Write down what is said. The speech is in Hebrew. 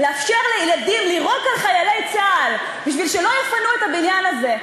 לאפשר לילדים לירות על חיילי צה"ל בשביל שלא יפנו את הבניין הזה,